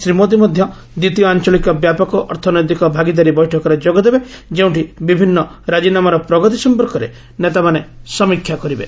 ଶ୍ରୀ ମୋଦି ମଧ୍ୟ ଦ୍ୱିତୀୟ ଆଞ୍ଚଳିକ ବ୍ୟାପକ ଅର୍ଥନୈତିକ ଭାଗିଦାରୀ ବୈଠକରେ ଯୋଗ ଦେବେ ଯେଉଁଠି ବିଭିନ୍ନ ରାଜିନାମାର ପ୍ରଗତି ସଂପର୍କରେ ନେତାମାନେ ସମୀକ୍ଷା କରିବେ